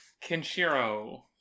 Kenshiro